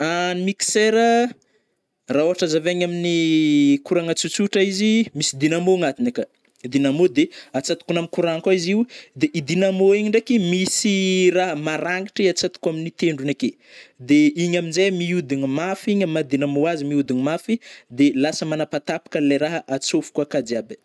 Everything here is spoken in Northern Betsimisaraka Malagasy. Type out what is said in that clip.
Ny mixera raha ôhatra azavaigny amin'ny koragna tsosotra izy, misy dynamo agnatiny aka, dynamo de atsatokonao am courant koa izy io de io dynamo io ndraiky misy raha marangitry atsatoko aminy tendrogny ake. De igny amnjay mihodigny mafy igny am maha dynamo azy mihodigny mafy de lasa manapatapaka anle raha atsôfoko aka jiaby ai.